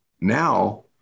Now